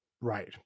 Right